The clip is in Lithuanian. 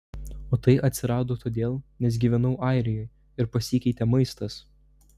o tai atsirado todėl nes gyvenau airijoje ir pasikeitė maistas